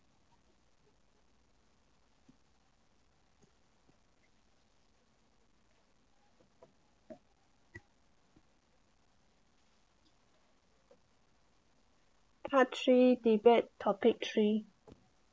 part three debate topic three